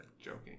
Joking